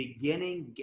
beginning